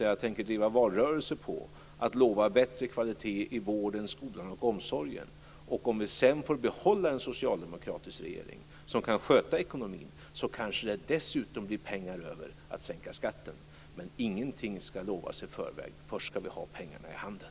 Jag tänker driva en valrörelse på att lova bättre kvalitet i vården, skolan och omsorgen. Om vi sedan får behålla en socialdemokratisk regering som kan sköta ekonomin kanske det dessutom blir pengar över till att sänka skatten. Men ingenting skall lovas i förväg. Först skall vi ha pengarna i handen.